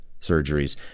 surgeries